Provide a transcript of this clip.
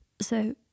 So